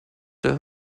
der